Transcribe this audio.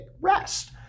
rest